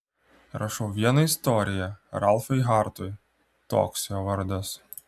rašau vieną istoriją ralfai hartui toks jo vardas